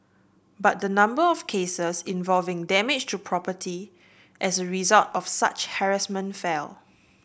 but the number of cases involving damage to property as a result of such harassment fell